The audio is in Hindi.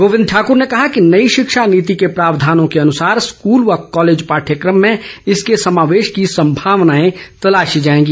गोविंद ठाकर ने कहा कि नई शिक्षा नीति के प्रावधानों के अनुसार स्कूल व कॉलेज पाठयकम में इसके समावेश की संभावनाए तलाशी जाएगी